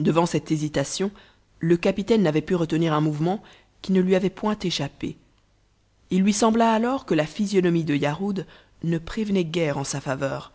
devant cette hésitation le capitaine n'avait pu retenir un mouvement qui ne lui avait point échappé il lui sembla alors que la physionomie de yarhud ne prévenait guère en sa faveur